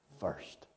first